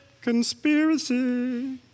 Conspiracy